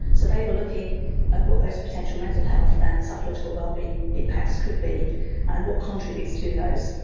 so they were looking at what those potential mental health and psychological well-being impacts could be and what contributes to those.